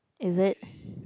is it